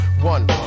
One